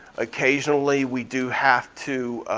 occasionally we do have to